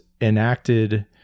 enacted